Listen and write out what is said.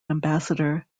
ambassador